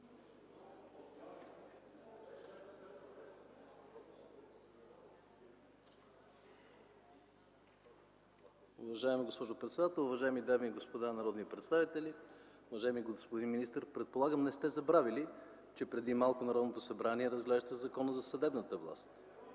Уважаема госпожо председател, уважаеми дами и господа народни представители, уважаеми господин министър! Предполагам не сте забравили, че преди малко Народното събрание разглеждаше Закона за съдебната власт.